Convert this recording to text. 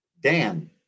Dan